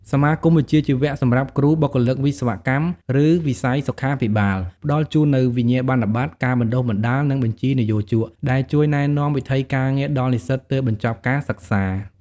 សមាគមវិជ្ជាជីវៈសម្រាប់គ្រូ បុគ្គលិកវិស្វកម្ម ឬវិស័យសុខាភិបាល ផ្តល់ជូននូវវិញ្ញាបនបត្រ ការបណ្តុះបណ្តាល និងបញ្ជីនិយោជក ដែលជួយណែនាំវិថីការងារដល់និស្សិតទើបបញ្ចប់ការសិក្សា។